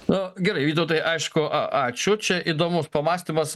nu gerai vytautai aišku a ačiū čia įdomus pamąstymas